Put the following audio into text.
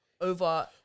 over